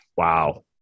Wow